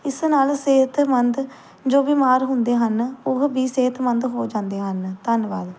ਇਸ ਨਾਲ ਸਿਹਤਮੰਦ ਜੋ ਬੀਮਾਰ ਹੁੰਦੇ ਹਨ ਉਹ ਵੀ ਸਿਹਤਮੰਦ ਹੋ ਜਾਂਦੇ ਹਨ ਧੰਨਵਾਦ